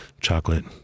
chocolate